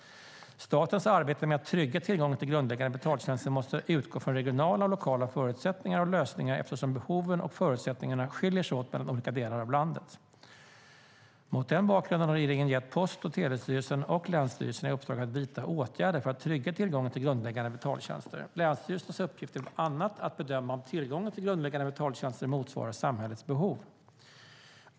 Statens arbete med att trygga tillgången till grundläggande betaltjänster måste utgå från regionala och lokala förutsättningar och lösningar eftersom behoven och förutsättningarna skiljer sig åt mellan olika delar av landet. Mot den bakgrunden har regeringen gett Post och telestyrelsen och länsstyrelserna i uppdrag att vidta åtgärder för att trygga tillgången till grundläggande betaltjänster. Länsstyrelsernas uppgift är bland annat att bedöma om tillgången till grundläggande betaltjänster motsvarar samhällets behov.